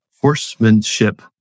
horsemanship